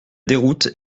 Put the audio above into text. déroute